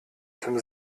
zum